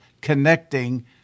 connecting